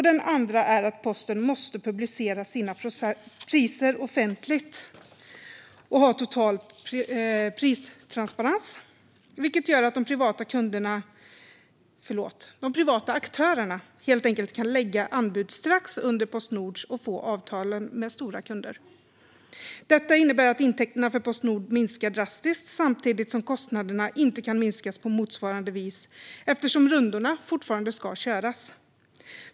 Den andra är att posten måste publicera sina priser offentligt och ha total pristransparens, vilket gör att de privata aktörerna helt enkelt kan lägga anbud strax under Postnords och få avtalen med stora kunder. Detta innebär att intäkterna för Postnord minskar drastiskt samtidigt som kostnaderna inte kan minskas på motsvarande vis eftersom rundorna fortfarande ska köras.